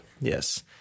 Yes